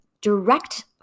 direct